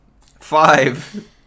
five